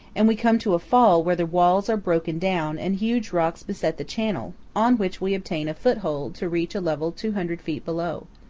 and we come to a fall where the walls are broken down and huge rocks beset the channel, on which we obtain a foothold to reach a level two hundred feet below.